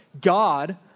God